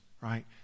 right